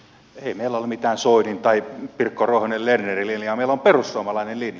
ei meillä ole mitään soinin tai pirkko ruohonen lernerin linjaa meillä on perussuomalainen linja